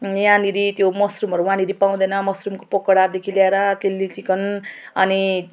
अनि यहाँनिर त्यो मसरुमहरू वहाँनिर पाउँदैन मसरुमको पकौडादेखि लिएर चिल्ली चिकन अनि